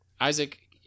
Isaac